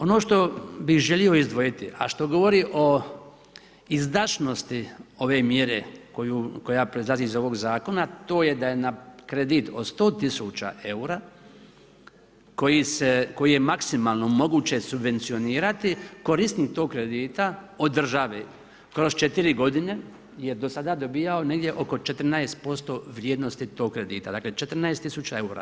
Ono što bih želio izdvojiti, a što govori o izdašnosti ove mjere koja proizlazi iz ovog zakona, to je da je na kredit od 100 000 eura koji je maksimalno moguće subvencionirati korisnik tog kredita od države kroz 4 godine je do sada dobijao negdje oko 14% vrijednosti tog kredita, dakle 14 000 eura.